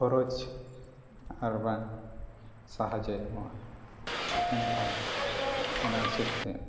ᱠᱷᱚᱨᱚᱪ ᱟᱨᱵᱟᱝ ᱥᱟᱦᱟᱡᱡᱚᱭ ᱮᱢᱚᱜᱼᱟ ᱮᱱᱠᱷᱟᱱ ᱫᱚ ᱚᱱᱟ ᱦᱤᱥᱟᱹᱵᱽᱛᱮ